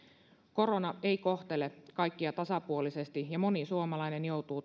korona ei kohtele kaikkia tasapuolisesti ja moni suomalainen joutuu